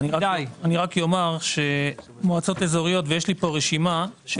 אני רק אומר שיש לי כאן רשימה של